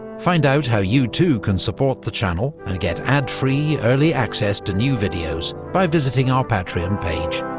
find out how you too can support the channel and get ad-free early access to new videos, by visiting our patreon page.